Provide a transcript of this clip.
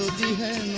da